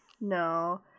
No